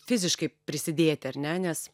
fiziškai prisidėti ar ne nes